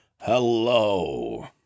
Hello